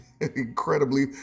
Incredibly